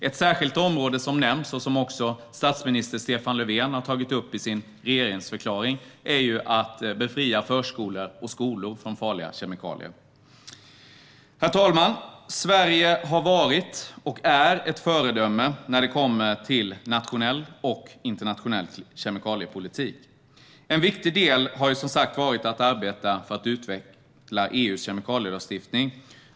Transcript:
Ett särskilt område som nämns, och som statsminister Stefan Löfven tog upp i sin regeringsförklaring, är att befria förskolor och skolor från farliga kemikalier. Herr talman! Sverige har varit, och är, ett föredöme när det kommer till såväl nationell som internationell kemikaliepolitik. En viktig del har, som sagt, varit att arbeta för att utveckla EU:s kemikalielagstiftning.